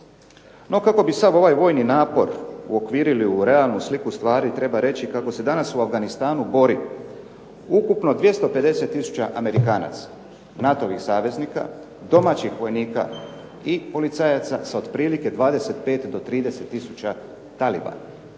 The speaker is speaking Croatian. No kako bi sav ovaj vojni napor uokvirili u realnu sliku stvari treba reći kako se danas u Afganistanu bori ukupno 250 tisuća Amerikanaca, NATO-vih saveznika, domaćih vojnika i policajaca sa otprilike 25 do 30 tisuća talibana.